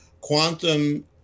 quantum